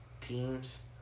teams